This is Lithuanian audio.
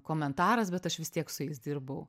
komentaras bet aš vis tiek su jais dirbau